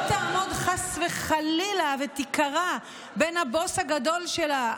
תעמוד חס וחלילה ותיקרע בין הבוס הגדול שלה,